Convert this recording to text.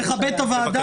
נכבד את הוועדה.